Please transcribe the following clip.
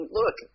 look